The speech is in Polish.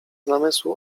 namysłu